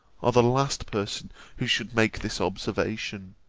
are the last person who should make this observation.